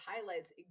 highlights